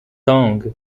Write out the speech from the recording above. tong